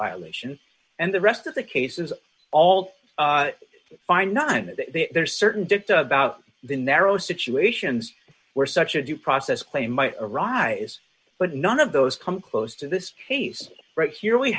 violation and the rest of the case is all fine none that there's certain about the narrow situations where such a due process claim might arise but none of those come close to this case right here we